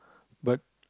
but